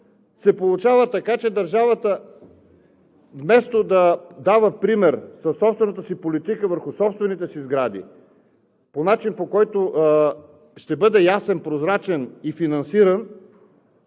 Получава се така, че държавата вместо да дава пример със собствената си политика върху собствените си сгради по начин, по който ще бъде ясен, прозрачен и финансиран